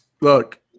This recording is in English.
look